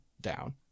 down